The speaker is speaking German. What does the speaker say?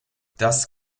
das